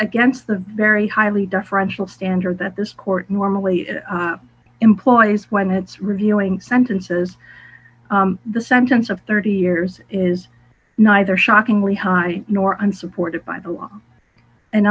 against the very highly deferential standard that this court normally employs when it's reviewing sentences the sentence of thirty years is neither shockingly high nor unsupported by the law and